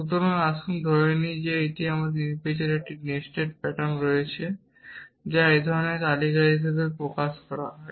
সুতরাং আসুন আমরা ধরে নিই যে আমাদের একটি নির্বিচারে নেস্টেড প্যাটার্ন রয়েছে যা এই ধরণের তালিকা হিসাবে প্রকাশ করা হয়